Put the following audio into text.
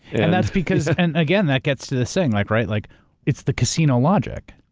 and that's because, and again, that gets to this thing, like right? like it's the casino logic.